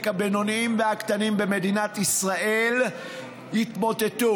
הבינוניים והקטנים במדינת ישראל יתמוטטו.